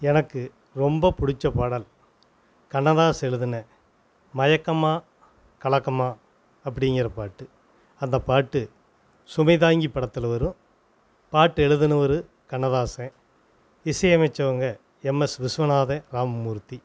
எனக்கு ரொம்ப பிடிச்ச பாடல் கண்ணதாசன் எழுதின மயக்கமா கலக்கமா அப்படிங்குற பாட்டு அந்த பாட்டு சுமைதாங்கி படத்தில் வரும் பாட்டு எழுதினவரு கண்ணதாசன் இசையமைத்தவுங்க எம்எஸ் விஸ்வநாதன் ராம மூர்த்தி